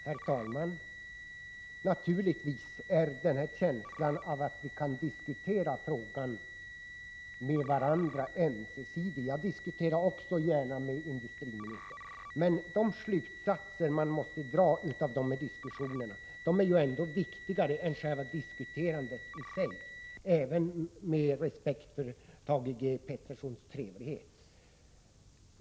Herr talman! Naturligtvis är känslan att vi kan diskutera med varandra ömsesidig — jag diskuterar gärna med industriministern. Men de slutsatser man måste dra av diskussionerna är ändå viktigare än diskuterandet i sig — även med respekt för Thage Petersons trevlighet.